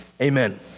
Amen